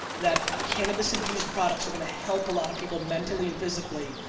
that cannabis infused products are gonna help a lot of people mentally and physically,